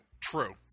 True